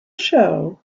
show